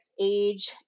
age